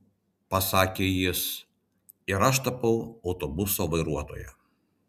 pasakė jis ir aš tapau autobuso vairuotoja